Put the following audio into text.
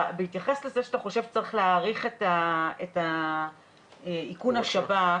בהתייחס לזה שאתה חושב שצריך להאריך את איכוני השב"כ.